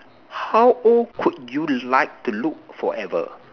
how old could you like to look forever